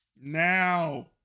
Now